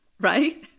right